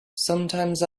sometimes